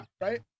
right